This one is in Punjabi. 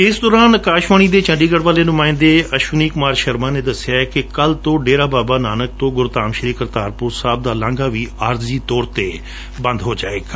ਇਸ ਦੌਰਾਨ ਅਕਾਸ਼ਵਾਣੀ ਦੇ ਚੰਡੀਗੜ ਵਾਲੇ ਨੂਮਾਇੰਦੇ ਅਸ਼ਵਨੀ ਕੁਮਾਰ ਸ਼ਰਮਾ ਨੇ ਦਸਿਐ ਕਿ ਕੱਲੂ ਤੋ ਡੇਰਾ ਬਾਬਾ ਨਾਨਕ ਤੋਂ ਗੁਰਧਾਮ ਸ੍ਸੀ ਕਰਤਾਰਪੁਰ ਸਾਹਿਬ ਦਾ ਲਾਘਾ ਵੀ ਆਰਜ਼ੀ ਤੌਰ ਤੇ ਬੰਦ ਹੋ ਜਾਵੇਗਾ